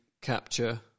capture